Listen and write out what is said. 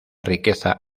riqueza